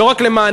לא רק למעננו,